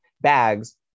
bags